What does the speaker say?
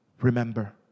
Remember